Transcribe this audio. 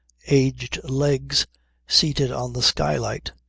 aged legs seated on the skylight,